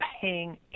paying